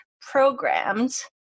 programmed